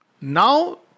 now